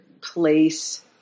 place